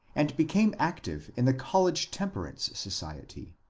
and became active in the college temperance society.